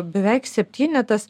beveik septynetas